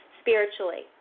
spiritually